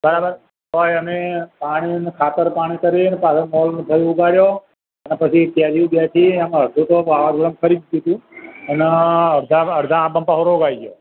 બરાબર તોય અમે પાણી ને ખાતર પાણી કરીને પાછો મોર ઉગાડ્યો અને પછી કેરીઓ બેઠી ને એમાં અડધું તો વાવાઝોડામાં ખરી જ ગઈ હતી અને અડધા અડધા આંબામાં પાછો રોગ આવી ગયો